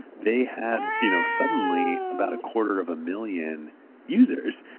they had you know suddenly about a quarter of a million users.